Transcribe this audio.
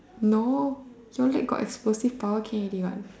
no your leg got explosive power okay already what